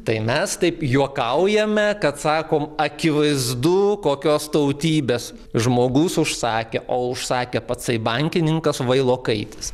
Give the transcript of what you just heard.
tai mes taip juokaujame kad sakom akivaizdu kokios tautybės žmogus užsakė o užsakė patsai bankininkas vailokaitis